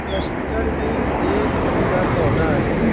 cluster bean एक फलीदार पौधा है